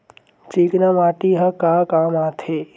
चिकना माटी ह का काम आथे?